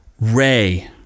Ray